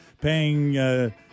paying